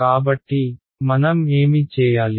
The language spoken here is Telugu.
కాబట్టి మనం ఏమి చేయాలి